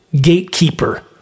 gatekeeper